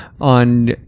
on